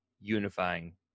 unifying